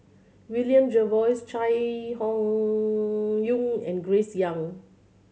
William Jervois Chai Hon Yoong and Grace Young